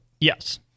Yes